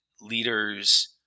leaders